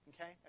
okay